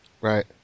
Right